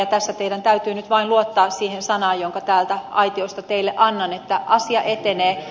tässä teidän täytyy nyt vain luottaa siihen sanaan jonka täältä aitiosta teille annan että asia etenee